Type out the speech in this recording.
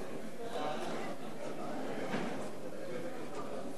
(בזק ושידורים) (תיקון מס' 54) (עיצומים